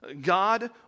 God